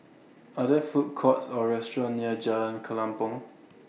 Are There Food Courts Or restaurants near Jalan Kelempong